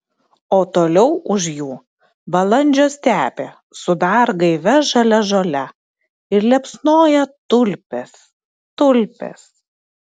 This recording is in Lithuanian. o toliau už jų balandžio stepė su dar gaivia žalia žole ir liepsnoja tulpės tulpės